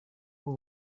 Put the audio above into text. w’u